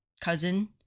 cousin